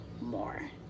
more